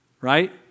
right